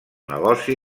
negoci